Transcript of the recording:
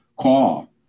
call